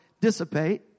dissipate